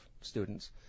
students